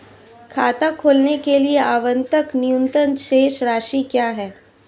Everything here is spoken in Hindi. खाता खोलने के लिए आवश्यक न्यूनतम शेष राशि क्या है?